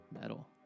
metal